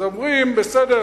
אז אומרים: בסדר,